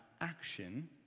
action